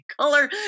color